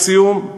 לסיום,